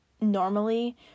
normally